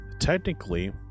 technically